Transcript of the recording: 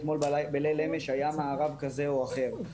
בליל אמש היה מארב כזה או אחר.